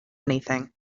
anything